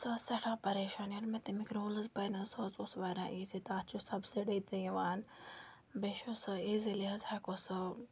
سۄ ٲس سٮ۪ٹھاہ پَریشان ییٚلہِ مےٚ تَمِکۍ روٗلٕز پٔرۍ نہٕ حظ سُہ حظ اوس واریاہ ایٖزی تَتھ چھُ سَبسِڈی تہِ یِوان بیٚیہِ چھُ سُہ ایٖزیٖلی حظ ہٮ۪کو سُہ